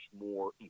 more